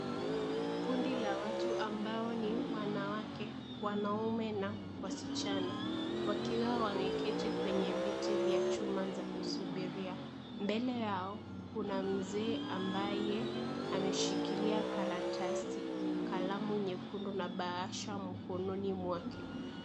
Kundi la watu ambao ni wanawake, wanaume na wasichana wakiwa wameketi kwenye viti vya chuma za kusubiria. Mbele yao kuna mzee ambaye ameshikilia karatasi, kalamu nyekundu na bahasha mkononi mwake.